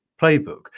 playbook